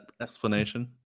explanation